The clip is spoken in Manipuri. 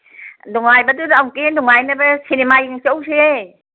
ꯅꯨꯡꯉꯥꯏꯕꯗꯨꯗ ꯑꯃꯨꯛꯀ ꯍꯦꯟ ꯅꯨꯡꯉꯥꯏꯅꯕ ꯁꯤꯅꯦꯃꯥ ꯌꯦꯡ ꯆꯧꯁꯦ